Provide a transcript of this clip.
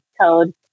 code